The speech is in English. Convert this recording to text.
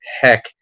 heck